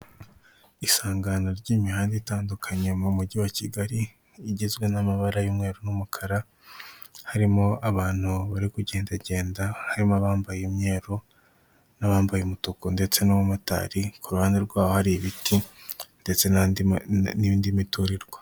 Isangano ry'imihanda itandukanye mu mujyi wa Kigali igizwe n'amabara y'umweru n'umukara, harimo abantu bari kugendagenda harimo abambaye umweru n'abambaye umutuku ndetse n'abamotari, ku ruhande rwaho hari ibiti ndetse n'indi miturirwa.